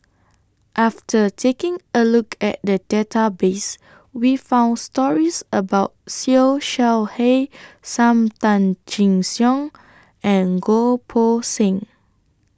after taking A Look At The Database We found stories about Siew Shaw He SAM Tan Chin Siong and Goh Poh Seng